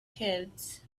kids